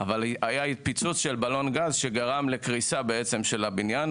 אבל גם היה פיצוץ של בלון גז שגרם לקריסה של הבניין,